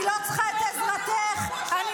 אני לא צריכה את עזרתך --- זה אותו נאום שנאמת בשבוע שעבר.